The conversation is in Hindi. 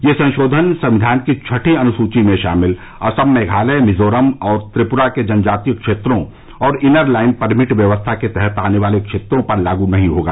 यह संशोधन संविधान की छठी अनुसूची में शामिल असम मेघालय मिजोरम और त्रिपुरा के जनजातीय क्षेत्रों और इनर लाइन परमिट व्यवस्था के तहत आने वाले क्षेत्रों पर लागू नहीं होगा